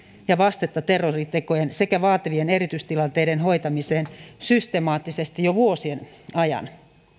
ja vastetta terroritekojen sekä vaativien erityistilanteiden hoitamiseen systemaattisesti jo vuosien ajan